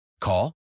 Call